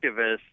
activists